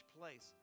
place